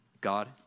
God